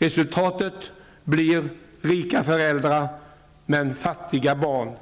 Resultatet kan bli rika föräldrar men fattiga barn,